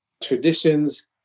traditions